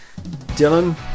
Dylan